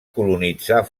colonitzar